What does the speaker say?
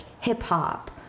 hip-hop